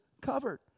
covered